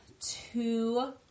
two